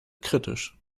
kritisch